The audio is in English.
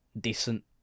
decent